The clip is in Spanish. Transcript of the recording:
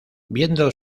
viendo